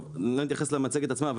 טוב, אני לא אתייחס למצגת עצמה.